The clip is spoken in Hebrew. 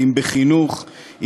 אם בחינוך,